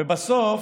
ובסוף